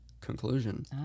Conclusion